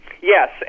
Yes